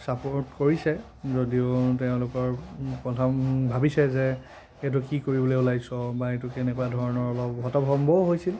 support কৰিছে যদিও তেওঁলোকৰ প্ৰথম ভাবিছে যে এইটো কি কৰিবলৈ ওলাইছ' বা এইটো কেনেকুৱা ধৰণৰ অলপ হতভম্বও হৈছিল